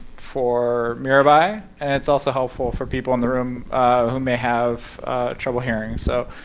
for mirabai, and it's also helpful for people in the room who may have trouble hearing. so